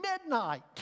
midnight